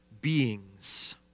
beings